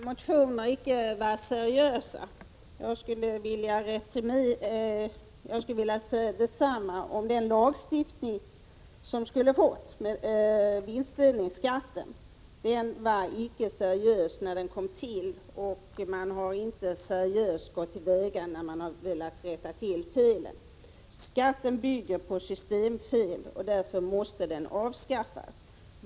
Herr talman! Gunnar Nilsson menar att våra motioner icke var seriösa. Jag skulle vilja säga detsamma om lagstiftningen om vinstdelningsskatt, som vi vill ha bort. Den var icke heller seriös när den kom till, och man har icke gått seriöst till väga när man har velat rätta till felen. Skatten bygger på systemfel, och därför måste den avskaffas.